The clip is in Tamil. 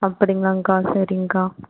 அப்படிங்களாங்கக்கா செரிங்க்கா